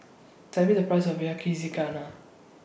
Tell Me The Price of Yakizakana